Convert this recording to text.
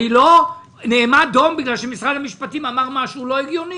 אני לא נעמד דום בגלל שמשרד המשפטים אמר משהו לא הגיוני.